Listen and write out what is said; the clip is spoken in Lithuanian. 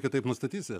kitaip nustatysi